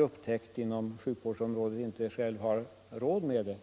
upptäckt inom sjukvårdsområdet men inte själv har råd att föra ut den.